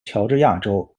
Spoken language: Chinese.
乔治亚州